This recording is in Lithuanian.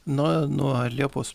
nuo nuo liepos